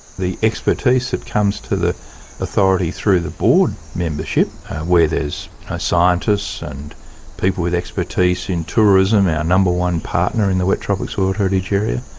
the expertise that comes to the authority through the board membership where there's scientists, and people with expertise in tourism, our number one partner in the wet tropics world heritage area,